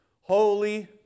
holy